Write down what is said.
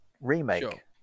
Remake